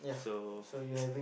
so